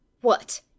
What